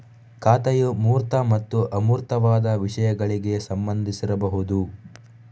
ಖಾತೆಯು ಮೂರ್ತ ಮತ್ತು ಅಮೂರ್ತವಾದ ವಿಷಯಗಳಿಗೆ ಸಂಬಂಧಿಸಿರಬಹುದು